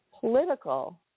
political